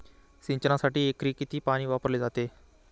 सिंचनासाठी एकरी किती पाणी वापरले जाते?